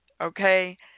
Okay